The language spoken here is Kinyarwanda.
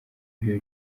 ibyo